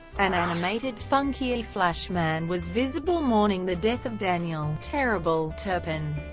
an animated funky flashman was visible mourning the death of daniel terrible turpin,